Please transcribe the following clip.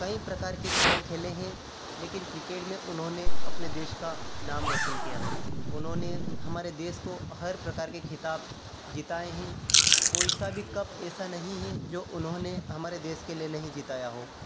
कई प्रकार के खेल खेले हैं लेकिन क्रिकेट में उन्होंने अपने देश का नाम रोशन किया है उन्होंने हमारे देश को हर प्रकार के खिताब जितायें हैं कोई सा भी कप ऐसा नहीं है जो उन्होंने हमारे देश के लिए नहीं जिताया हो